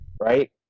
right